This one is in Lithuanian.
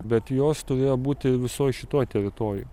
bet jos turėjo būti visoj šioj teritorijoj